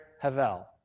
havel